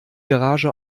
garage